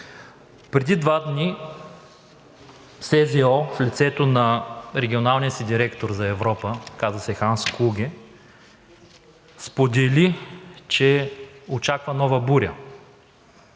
Преди два дни СЗО в лицето на регионалния си директор за Европа – казва се Ханс Клуге – сподели, че очаква нова буря,